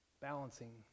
balancing